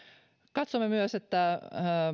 katsomme myös että